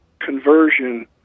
conversion